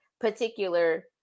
particular